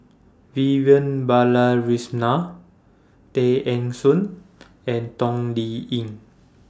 Vivian Balakrishnan Tay Eng Soon and Toh Liying